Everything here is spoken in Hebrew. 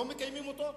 לא מקיימים אותו,